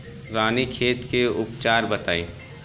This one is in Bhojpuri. रानीखेत के उपचार बताई?